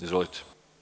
Izvolite.